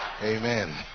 Amen